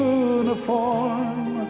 uniform